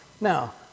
Now